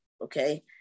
okay